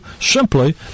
simply